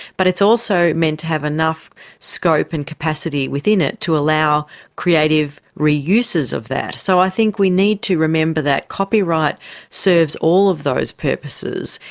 but it's also meant to have enough scope and capacity within it to allow creative re-uses of that. so i think we need to remember that copyright serves all of those purposes.